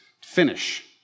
finish